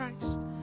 Christ